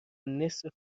نصف